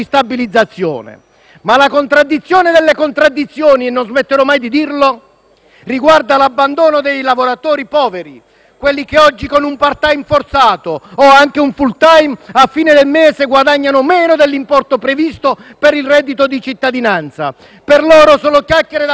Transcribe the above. Ma la contraddizione delle contraddizioni - non smetterò mai di dirlo - riguarda l'abbandono dei lavoratori poveri, quelli che oggi, con un *part time* forzato o anche un *full time*, a fine mese guadagnano meno dell'importo previsto per il reddito di cittadinanza. Per loro solo chiacchiere da propaganda fin qui,